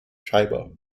chiba